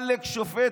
עלק שופט.